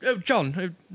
John